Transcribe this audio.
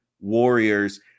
Warriors